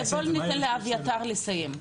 בואו ניתן לאביתר לסיים.